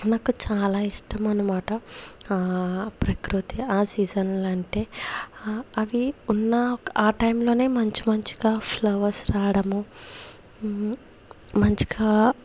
నాకు చాలా ఇష్టం అన్నమాట ప్రకృతి ఆ సీజన్లంటే అవ్వి ఉన్న ఆ టైమ్లోనే మంచి మంచిగా ఫ్లవర్స్ రావడము మంచిగా